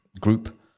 group